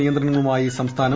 നിയന്ത്രണങ്ങളുമായി സംസ്ഥാനം